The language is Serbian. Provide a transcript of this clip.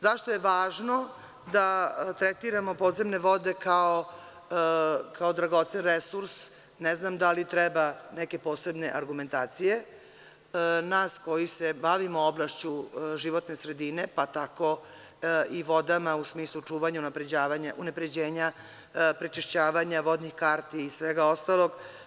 Zašto je važno da tretiramo podzemne vode kao dragocen resurs, ne znam da li treba neke posebne argumentacije nas koji se bavimo oblašću životne sredine, pa tako i vodama u smislu čuvanja i unapređenja prečišćavanja vodnih karti i svega ostalog.